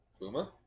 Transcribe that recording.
Fuma